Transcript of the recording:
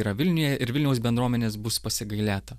yra vilniuje ir vilniaus bendruomenės bus pasigailėta